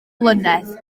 mlynedd